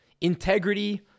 integrity